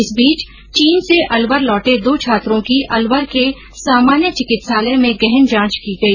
इस बीच चीन से अलवर लौटे दो छात्रों की अलवर के सामान्य चिकित्सालय में गहन जांच की गई